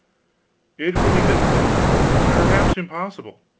it will be difficult perhaps impossible.